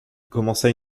commença